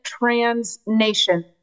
transnation